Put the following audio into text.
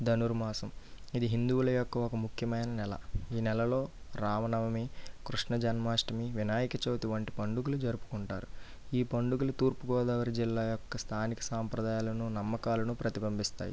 ధనుర్మాసం ఇది హిందువుల యొక్క ఒక ముఖ్యమైన నెల ఈనెలలో రామనవమి కృష్ణ జన్మాష్టమి వినాయక చవితి వంటి పండుగలు జరుపుకుంటారు ఈ పండుగలు తూర్పుగోదావరి జిల్లా యొక్క స్థానిక సాంప్రదాయాలను నమ్మకాలను ప్రతిబింబిస్తాయి